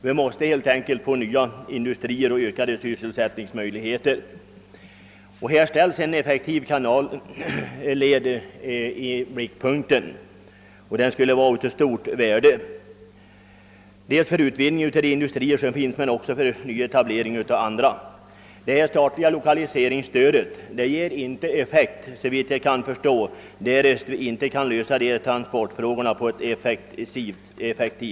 Vi måste helt enkelt få nya industrier och ökade sysselsättningsmöjligheter, och då kommer en effektiv kanalled i blickpunkten. En sådan skulle vara av stort värde för de industrier som redan finns men även för industrier som kunde nyetableras. Det statliga lokaliseringsstödet ger såvitt jag förstår inte effekt därest vi inte kan lösa transportfrågorna på ett effektivt sätt.